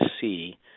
see